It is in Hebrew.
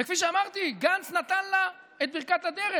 וכפי שאמרתי, גנץ נתן לה את ברכת הדרך.